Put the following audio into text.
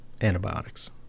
antibiotics